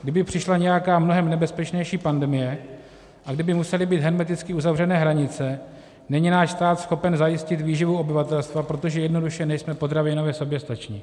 Kdyby přišla nějaká mnohem nebezpečnější pandemie a kdyby musely být hermeticky uzavřené hranice, není náš stát schopen zajistit výživu obyvatelstva, protože jednoduše nejsme potravinově soběstační.